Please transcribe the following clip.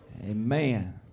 Amen